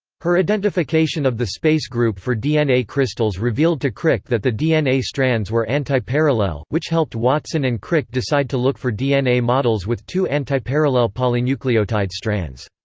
her identification of the space group for dna crystals revealed to crick that the dna strands were antiparallel, which helped watson and crick decide to look for dna models with two antiparallel polynucleotide strands.